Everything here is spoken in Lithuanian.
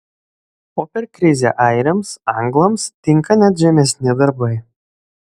o per krizę airiams anglams tinka net žemesni darbai